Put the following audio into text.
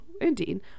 indeed